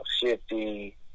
shifty